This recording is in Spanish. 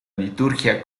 liturgia